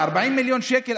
ב-40 מיליון שקל,